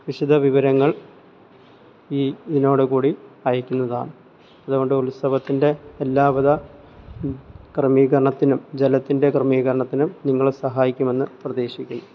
വിശദവിവരങ്ങൾ ഈ ഇതിനോടുകൂടി അയക്കുന്നതാണ് അതുകൊണ്ട് ഉത്സവത്തിൻ്റെ എല്ലാവിധ ക്രമീകരണത്തിനും ജലത്തിൻ്റെ ക്രമീകരണത്തിനും നിങ്ങൾ സഹായിക്കുമെന്ന് പ്രതീക്ഷിക്കുന്നു